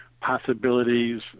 possibilities